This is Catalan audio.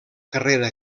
carrera